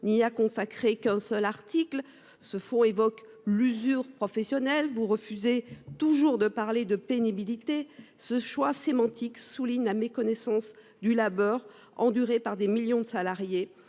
n'y a consacré qu'un seul article. De plus, ce fonds évoque l'usure professionnelle, car vous refusez toujours de parler de pénibilité. Ce choix sémantique souligne la méconnaissance du labeur enduré par des millions de salariés.